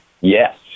Yes